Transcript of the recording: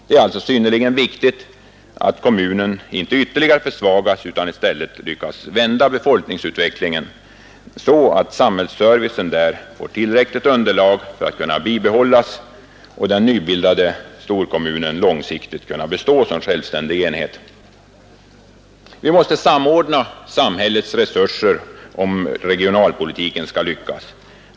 Det är alltså synnerligen viktigt att kommunen inte ytterligare försvagas utan i stället lyckas vända befolkningsutvecklingen så att samhällsservicen där får tillräckligt under lag för att kunna bibehållas och den nybildade storkommunen långsiktigt kan bestå som självständig enhet. Vi måste samordna samhällets resurser om regionalpolitiken skall lyckas.